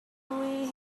doing